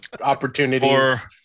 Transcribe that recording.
opportunities